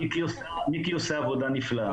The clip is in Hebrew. מיקי עושה עבודה נפלאה.